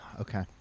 Okay